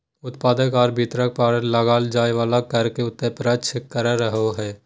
उत्पादक आर वितरक पर लगाल जाय वला कर के अप्रत्यक्ष कर कहो हइ